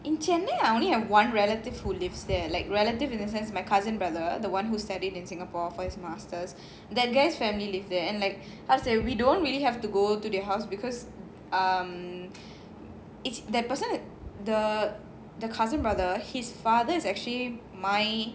in chennai I only have one relative who lives there like relative in a sense my cousin brother the one who studied in singapore for his masters that guy's family live there and like how to say we don't really have to go to their house because um is that person the the cousin brother his father is actually my